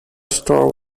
store